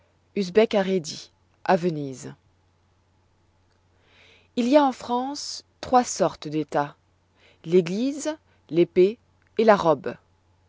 à rhédi à venise i l y a en france trois sortes d'états l'église l'épée et la robe